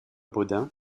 baudin